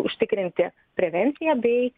užtikrinti prevenciją bei